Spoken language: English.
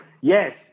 Yes